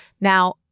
Now